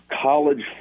college